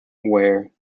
where